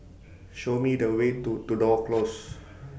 Show Me The Way to Tudor Close